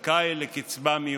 זכאי לקצבה מיוחדת.